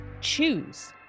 choose